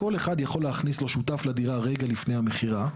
כל אחד יכול להכניס לעצמו שותף לדירה רגע לפני המכירה,